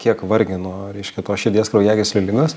kiek vargino reiškia tos širdies kraujagyslių ligos